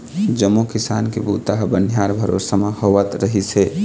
जम्मो किसानी के बूता ह बनिहार भरोसा म होवत रिहिस हे